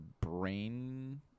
brain